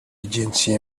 جنسی